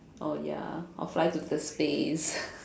oh ya I'll fly to the space